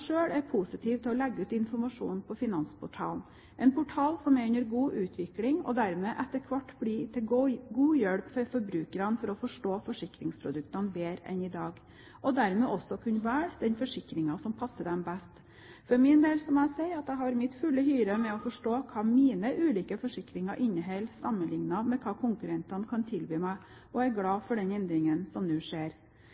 er positiv til å legge ut informasjon på Finansportalen, en portal som er under god utvikling, og som etter hvert blir til god hjelp for forbrukerne for å forstå forsikringsproduktene bedre enn i dag og dermed også kunne velge den forsikringen som passer dem best. For min del må jeg si at jeg har min fulle hyre med å forstå hva mine ulike forsikringer inneholder, sammenlignet med hva konkurrentene kan tilby meg, og er